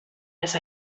les